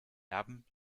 erben